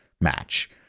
match